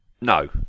No